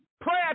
Prayer